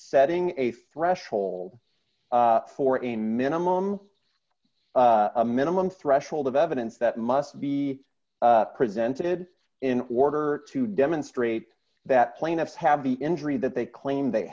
setting a threshold for a minimum a minimum threshold of evidence that must be presented in order to demonstrate that plaintiffs have the injury that they claim they